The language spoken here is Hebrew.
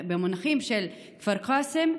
במונחים של כפר קאסם,